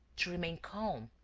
to remain calm.